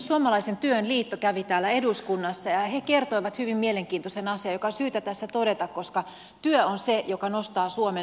suomalaisen työn liitto kävi täällä eduskunnassa ja he kertoivat hyvin mielenkiintoisen asian joka on syytä tässä todeta koska työ on se joka nostaa suomen suosta